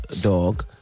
dog